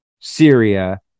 Syria